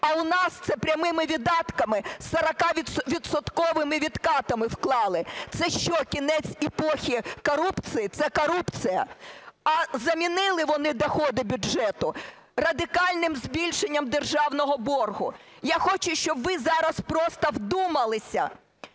А у нас це прямими видатками, 40-відсотковими відкатами вклали. Це що, кінець епохи корупції? Це корупція. А замінили вони доходи бюджету радикальним збільшенням державного боргу. Я хочу, щоб ви зараз просто вдумалися.